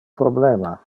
problema